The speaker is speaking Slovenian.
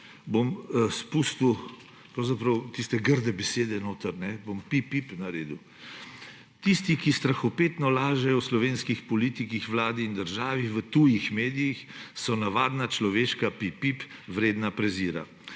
bom izpustil tiste grde besede, bom pip-pip izgovoril: »Tisti, ki strahopetno lažejo o slovenskih politikih, vladi in državi v tujih medijih, so navadna človeška pip-pip, vredna prezira.